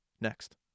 next